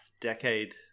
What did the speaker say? decade